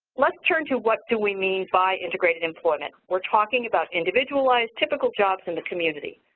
let's turn to what do we mean by integrated employment? we are talking about individualized typical jobs in the community,